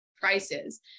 prices